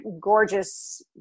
gorgeous